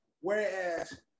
Whereas